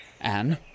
Anne